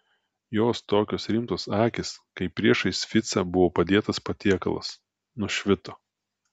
jos tokios rimtos akys kai priešais ficą buvo padėtas patiekalas nušvito